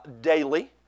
daily